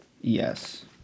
Yes